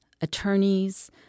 attorneys